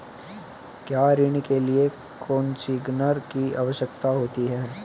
क्या ऋण के लिए कोसिग्नर की आवश्यकता होती है?